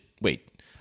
Wait